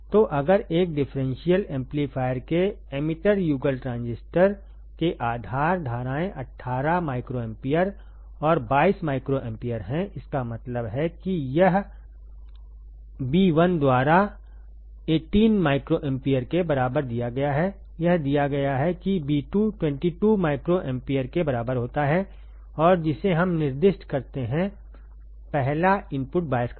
तो अगरएक differential amplifier के एमिटर युगल ट्रांजिस्टर के आधार धाराएं 18 माइक्रोएम्पियर और 22 माइक्रोएम्पियर हैंइसका मतलब है कि यह Ib1द्वारा18 माइक्रोएम्पियर के बराबरदिया गया है यह दिया गयाहै कि Ib222 माइक्रोएम्पेयर के बराबर होता है और जिसे हमनिर्दिष्ट करते हैंपहला इनपुट बायस करंट